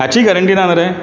हाची गॅरिंटी ना मरे